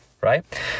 Right